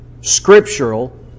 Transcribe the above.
scriptural